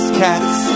cats